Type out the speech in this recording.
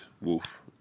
Wolf